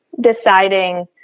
deciding